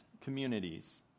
communities